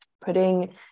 putting